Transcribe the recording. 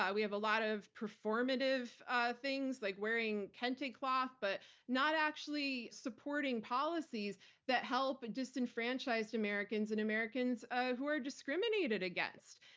we have a lot of performative ah things like wearing kente cloth but not actually supporting policies that help and disenfranchised americans and americans who are discriminated against.